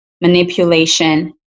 manipulation